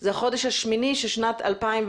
זה החודש השמיני של שנת 2020,